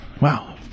Wow